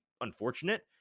unfortunate